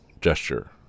gesture